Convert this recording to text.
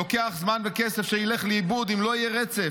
לוקח זמן וכסף שילך לאיבוד אם לא יהיה רצף.